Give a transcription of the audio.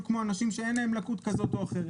כמו אנשים שאין להם לקות כזאת או אחרת.